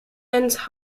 anse